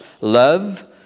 love